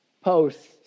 post